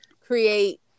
create